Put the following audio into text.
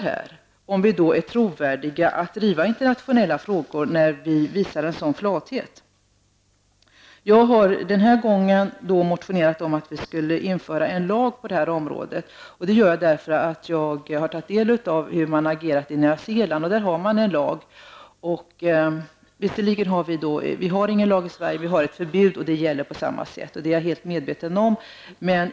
Har vi då trovärdighet att driva internationella frågor när vi visar en sådan flathet? Jag har denna gång motionerat för att vi skall införa en lag på detta område. Det gör jag därför att jag har tagit del av hur man agerat i Nya Zeeland. Där har man en lag. Det har vi visserligen inte i Sverige men vi har ett förbud och det gäller på samma sätt. Det är jag helt medveten om.